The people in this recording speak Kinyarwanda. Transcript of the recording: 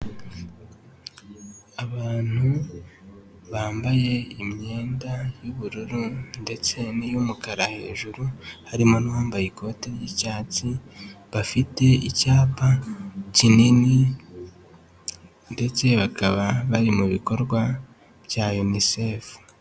Abantu bambaye imyenda y'ubururu ndetse n'iy'umukara hejuru, harimo n'uwambaye ikote ry'icyatsi, bafite icyapa kinini ndetse bakaba bari mu bikorwa bya Yunisefu.